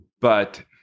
But-